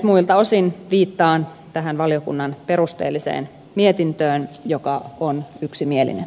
muilta osin viittaan tähän valiokunnan perusteelliseen mietintöön joka on yksimielinen